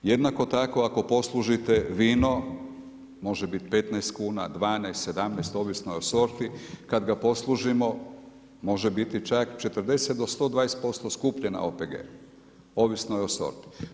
Jednako tako ako poslužite vino, može biti 15 kuna 12, 17, ovisno o sorti, kad ga poslužimo može biti čak 40 do 120% skuplje na OPG, ovisno o sorti.